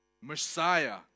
Messiah